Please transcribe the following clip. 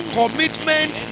commitment